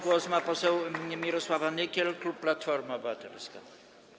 Głos ma poseł Mirosława Nykiel, klub Platforma Obywatelska.